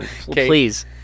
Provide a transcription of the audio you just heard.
Please